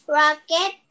rocket